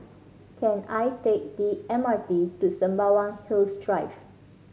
can I take M R T to Sembawang Hills Drive